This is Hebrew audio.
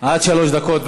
עד שלוש דקות.